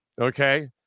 Okay